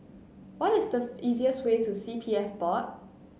what is the easiest way to C P F Board